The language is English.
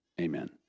Amen